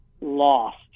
lost